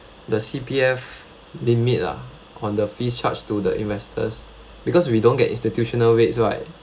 the C_P_F limit lah on the fees charged to the investors because we don't get institutional rates right